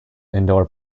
indoor